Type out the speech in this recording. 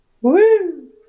Woo